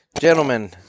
gentlemen